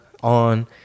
on